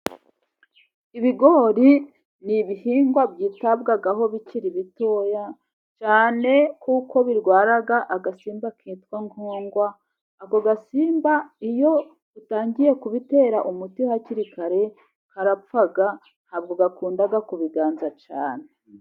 Ibigori ni' ibihingwa byitabwaho bikiri bito, cyane kuko birwara agasimba kitwa nkogwa, ako gasimba iyo utangiye kubitera umuti hakiri kare karapfa, ntabwo gakunda kubiganza cyane.